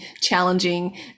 challenging